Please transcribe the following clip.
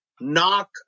knock